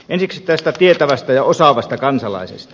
ensiksi tästä tietävästä ja osaavasta kansalaisesta